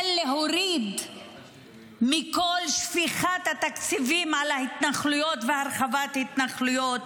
להוריד מכל שפיכת התקציבים על ההתנחלויות והרחבת התנחלויות.